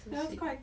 so sweet